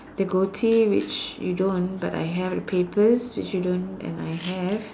the goatee which you don't but I have hw papers which you don't and I have